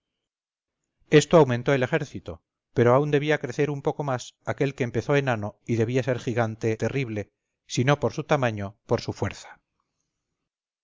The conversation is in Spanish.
esto aumentó el ejército pero aún debía crecer un poco más aquel que empezó enano y debía ser gigante terrible si no por su tamaño por su fuerza